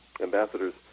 ambassadors